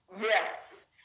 Yes